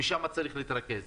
ושם צריך להתרכז.